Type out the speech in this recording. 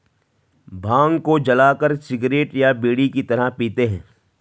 भांग को जलाकर सिगरेट या बीड़ी की तरह पीते हैं